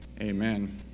Amen